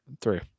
Three